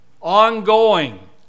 ongoing